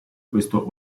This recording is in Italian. questo